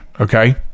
okay